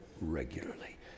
regularly